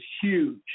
huge